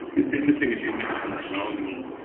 it's interesting as you've mentioned the shamans.